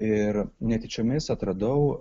ir netyčiomis atradau